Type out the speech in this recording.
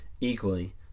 equally